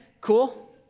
cool